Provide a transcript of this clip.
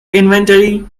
inventory